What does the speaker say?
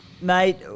Mate